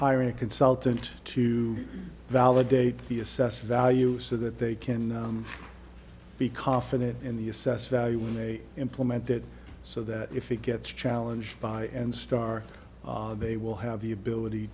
hiring a consultant to validate the assessed value so that they can be confident in the assessed value when they implement that so that if it gets challenged by and start they will have the ability